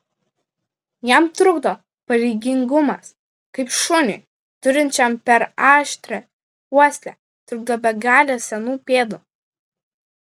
jam trukdo pareigingumas kaip šuniui turinčiam per aštrią uoslę trukdo begalė senų pėdų